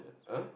!huh!